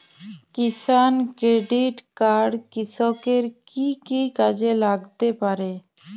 কিষান credit card কৃষকের কি কি কাজে লাগতে পারে?